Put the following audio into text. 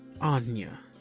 Anya